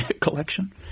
collection